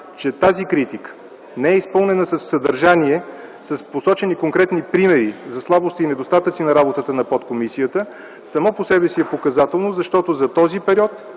че тази критика не е изпълнена със съдържание - с посочени конкретни примери за слабости и недостатъци в работата на подкомисията, само по себе си е показателно. Защото за този период